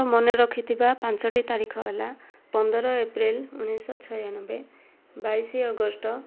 ମନେ ରଖିଥିବା ପାଞ୍ଚଟି ତାରିଖ ହେଲା ପନ୍ଦର ଏପ୍ରିଲ ଉଣେଇଶଶହ ଛୟାନବେ ବାଇଶ ଅଗଷ୍ଟ